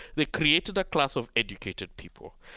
they created a class of educated people.